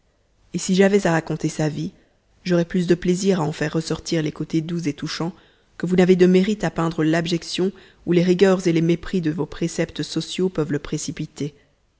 et si j'avais à raconter sa vie j'aurais plus de plaisir à en faire ressortir les côtés doux et touchants que vous n'avez de mérite à peindre l'abjection où les rigueurs et les mépris de vos préceptes sociaux peuvent le précipiter